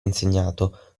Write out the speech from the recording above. insegnato